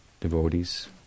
devotees